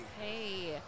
Hey